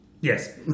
Yes